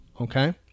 Okay